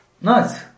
nice